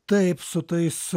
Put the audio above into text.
taip su tais